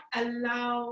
allow